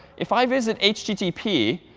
if i visit http,